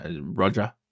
Roger